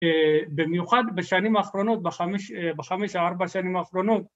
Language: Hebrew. אהה במיוחד בשנים האחרונות, בחמש בחמש ארבע ‫השנים האחרונות.